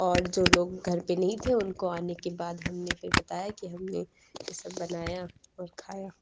اور جو لوگ گھر پہ نہیں تھے اُن کو آنے کے بعد ہم نے پھر بتایا کہ ہم نے یہ سب بنایا اور کھایا